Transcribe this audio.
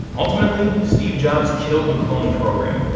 ultimately, steve jobs killed the clone program.